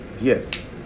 Yes